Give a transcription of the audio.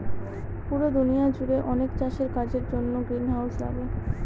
পুরো দুনিয়া জুড়ে অনেক চাষের কাজের জন্য গ্রিনহাউস লাগে